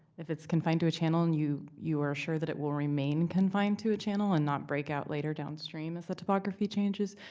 if it's confined to a channel and you you are sure that it will remain confined to a channel and not break out later downstream as the topography changes,